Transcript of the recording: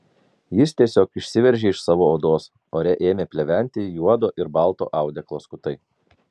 jis tiesiog išsiveržė iš savo odos ore ėmė pleventi juodo ir balto audeklo skutai